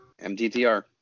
MTTR